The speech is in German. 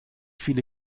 viele